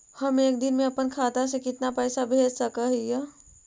हम एक दिन में अपन खाता से कितना पैसा भेज सक हिय?